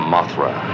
Mothra